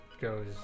goes